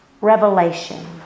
revelation